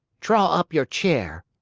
draw up your chair!